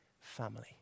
family